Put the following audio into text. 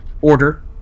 order